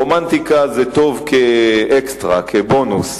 רומנטיקה זה טוב כאקסטרה, כבונוס.